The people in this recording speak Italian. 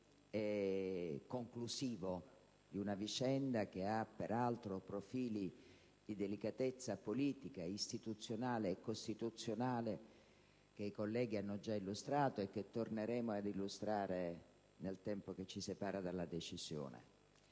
e conclusivo di una vicenda che ha peraltro profili di delicatezza politica, istituzionale e costituzionale che i colleghi hanno già illustrato e che torneremo a illustrare nel tempo che ci separa dalla decisione.